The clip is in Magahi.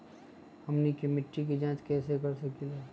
हमनी के मिट्टी के जाँच कैसे कर सकीले है?